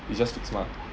it's just fixed mah